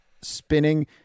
spinning